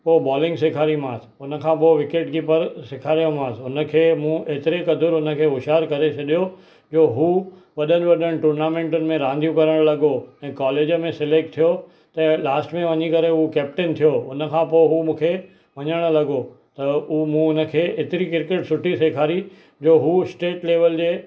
पोइ बॉलिंग सेखारीमांसि हुन खां पोइ विकेट कीपर सेखारियोमांसि हुनखे मूं एतिरे क़द्रु हुनखे होशियार करे छॾियो जो हू वॾनि वॾनि टूर्नामेंटुनि में रांदियूं करणु लॻो ऐं कॉलेज में सिलेक्ट थियो त लास्ट में वञी करे उहो कैप्टन थियो हुन खां पोइ हू मूंखे वञणु लॻो त उहो मूं हुनखे एतिरी क्रिकेट सुठी सेखारी जो हू स्टेट लेवल जे